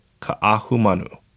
Ka'ahumanu